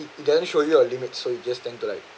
damn sure your limit so you just tend to like